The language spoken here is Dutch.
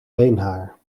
beenhaar